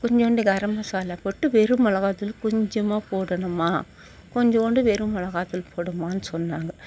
கொஞ்சோண்டு கரம் மசாலா போட்டு வெறும் மிளகாத்தூளு கொஞ்சமாக போடணுமா கொஞ்சோண்டு வெறும் மிளகாத்தூளு போடுமான்னு சொன்னாங்க